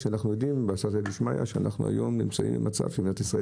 כשאנחנו יודעים שאנחנו במצב בו למדינת ישראל